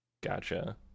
Gotcha